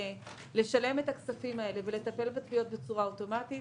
לשלם את הכסף הזה ולטפל בתביעות בצורה אוטומטית,